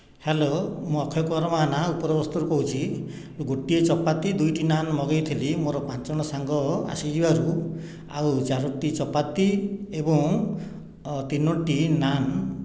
hello ମୁଁ ଅକ୍ଷୟ କୁମାର ମହାନା ଉପରବସ୍ତରୁ କହୁଛି ଗୋଟିଏ ଚପାତି ଓ ଦୁଇଟି ନାନ୍ ମଗେଇଥିଲି ମୋର ପାଞ୍ଚଜଣ ସାଙ୍ଗ ଆସିଯିବାରୁ ଆଉ ଚାରୋଟି ଚପାତି ଏବଂ ତିନୋଟି ନାନ୍